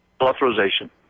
authorization